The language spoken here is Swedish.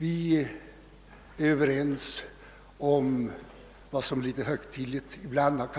Vi är överens om vad som ibland litet högtidligt har